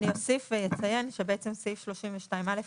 אני אוסיף ואציין שבעצם סעיף 32(א),